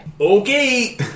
Okay